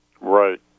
Right